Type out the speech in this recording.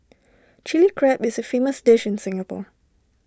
Chilli Crab is A famous dish in Singapore